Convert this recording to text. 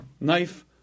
knife